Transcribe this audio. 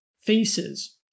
faces